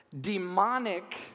demonic